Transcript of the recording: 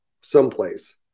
someplace